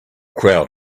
crowd